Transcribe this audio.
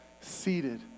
seated